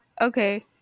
okay